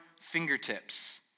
fingertips